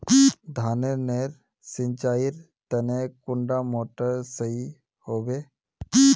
धानेर नेर सिंचाईर तने कुंडा मोटर सही होबे?